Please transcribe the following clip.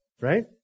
Right